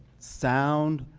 sound,